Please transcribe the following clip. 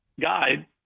guide